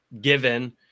given